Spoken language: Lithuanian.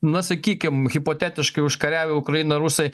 na sakykim hipotetiškai užkariavę ukrainą rusai